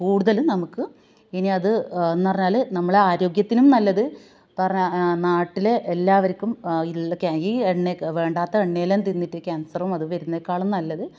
കൂടുതലും നമുക്ക് ഇനിയത് എന്നുപറഞ്ഞാൽ നമ്മളെ ആരോഗ്യത്തിനും നല്ലത് പറഞ്ഞാൽ നാട്ടിൽ എല്ലാവര്ക്കും ഉള്ള കാ ഈ എണ്ണക്ക് വേണ്ടാത്ത എണ്ണയെല്ലാം തിന്നിട്ട് കാന്സെറും അത് വരുന്നേക്കാളും നല്ലത്